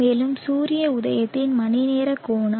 மேலும் சூரிய உதயத்தில் மணிநேர கோணம்